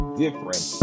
Different